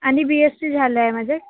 आणि B Sc झालं आहे माझे